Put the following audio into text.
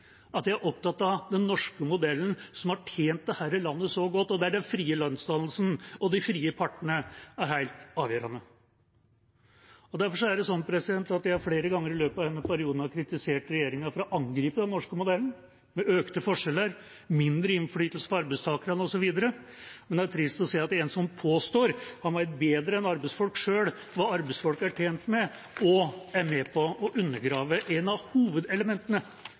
jeg er opptatt av den norske modellen, som har tjent dette landet så godt, og der den frie lønnsdannelsen og de frie partene er helt avgjørende. Derfor har jeg flere ganger i løpet av denne perioden kritisert regjeringen for å angripe den norske modellen – med økte forskjeller, mindre innflytelse for arbeidstakerne osv. – men det er trist å se at en som påstår han vet bedre enn arbeidsfolk selv hva arbeidsfolk er tjent med, også er med på å undergrave et av hovedelementene